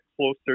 closer